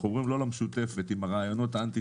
אנחנו אומרים לא למשותפת עם הרעיונות האנטי